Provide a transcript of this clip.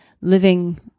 living